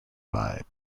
vibe